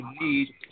need